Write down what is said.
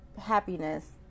happiness